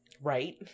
Right